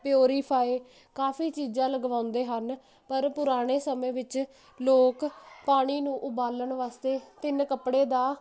purify ਕਾਫੀ ਚੀਜ਼ਾਂ ਲਗਵਾਉਂਦੇ ਹਨ ਪਰ ਪੁਰਾਣੇ ਸਮੇਂ ਵਿੱਚ ਲੋਕ ਪਾਣੀ ਨੂੰ ਉਬਾਲਣ ਵਾਸਤੇ ਤਿੰਨ ਕੱਪੜੇ ਦਾ